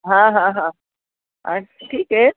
हां हां हां अ ठीक आहे